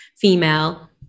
female